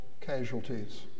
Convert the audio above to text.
casualties